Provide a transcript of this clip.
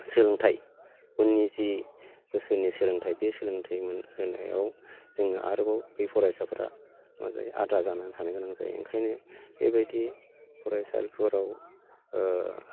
सोलोंथाइ उननि जि बोसोरनि सोलोंथाइ बे सोलोंथाइ होनायाव जोंहा आरोबाव बै फरायसाफोरा मा जायो आद्रा जानानै थानो गोनां जायो ओंखायनो बेबायदि फरायसालिफोराव